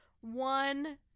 one